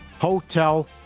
hotel